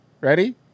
ready